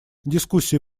дискуссии